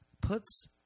puts